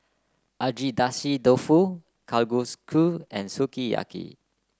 Agedashi Dofu Kalguksu and Sukiyaki